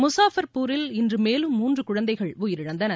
முசாஃபர்பூரில் இன்று மேலும் மூன்று குழந்தைகள் உயிரிழந்தன